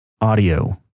audio